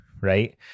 right